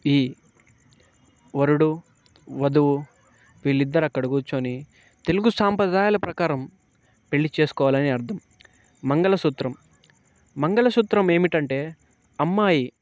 ఈ వరుడు వధువు వీళ్ళిద్దరు అక్కడ కూర్చొని తెలుగు సంప్రదాయాల ప్రకారం పెళ్ళి చేసుకోవాలని అర్థం మంగళ సూత్రం మంగళ సూత్రం ఏమిటంటే అమ్మాయి